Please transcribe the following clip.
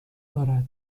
دارد